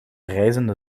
rijzende